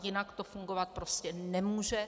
Jinak to fungovat prostě nemůže.